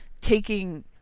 taking